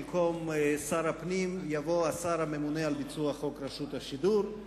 במקום "שר הפנים" יבוא "השר הממונה על ביצוע חוק רשות השידור".